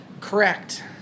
Correct